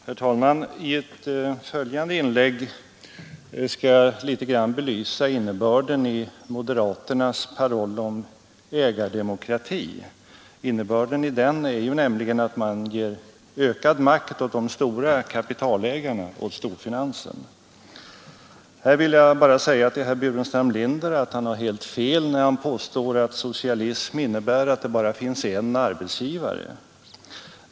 Herr talman! I ett följande inlägg skall jag belysa innebörden i moderaternas paroll om ”ägardemokrati”. Innebörden är ju att man ger ökad makt åt de stora kapitalägarna, dvs. åt storfinansen. Nu vill jag bara säga till herr Burenstam Linder att han har helt fel när han påstår att socialism innebär att man har en enda arbetsgivare.